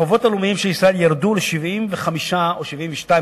החובות הלאומיים של ישראל ירדו ל-75% או 72%,